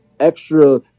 Extra